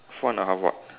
four and a half [what]